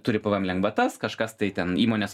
turi pvm lengvatas kažkas tai ten įmones